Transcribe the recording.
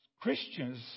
Christians